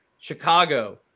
Chicago